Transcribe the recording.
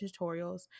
tutorials